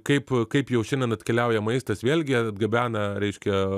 kaip kaip jau šiandien atkeliauja maistas vėlgi atgabena reiškia